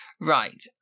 Right